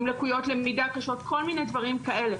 עם לקויות למידה קשות כל מיני דברים כאלה.